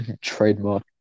Trademark